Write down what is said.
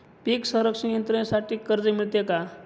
पीक संरक्षण यंत्रणेसाठी कर्ज मिळते का?